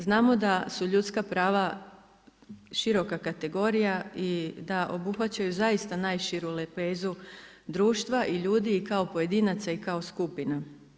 Znamo da su ljudska prava široka kategorija i da obuhvaćaju zaista najširu lepezu društva i ljudi i kao pojedinaca i kao skupina.